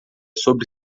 sobre